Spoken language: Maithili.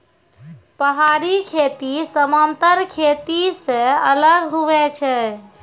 पहाड़ी खेती समान्तर खेती से अलग हुवै छै